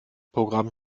programm